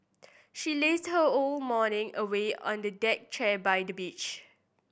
she lazed her whole morning away on a deck chair by the beach